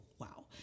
wow